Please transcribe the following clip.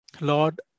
Lord